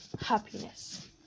happiness